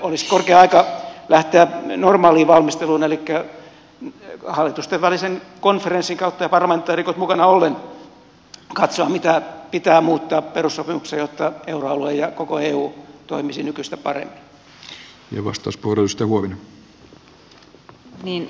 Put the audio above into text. olisi korkea aika lähteä normaaliin valmisteluun elikkä hallitusten välisen konferenssin kautta ja parlamentaarikot mukana ollen katsoa mitä pitää muuttaa perussopimuksessa jotta euroalue ja koko eu toimisi nykyistä paremmin